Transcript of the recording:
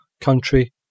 country